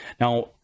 Now